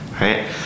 right